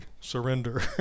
surrender